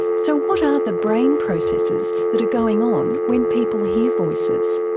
so what are the brain processes that are going on when people hear voices?